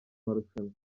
marushanwa